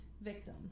victim